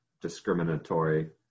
discriminatory